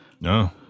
No